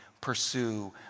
pursue